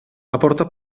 aporta